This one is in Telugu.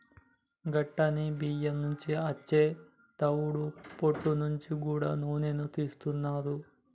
గట్లనే బియ్యం నుండి అచ్చే తవుడు పొట్టు నుంచి గూడా నూనెను తీస్తున్నారు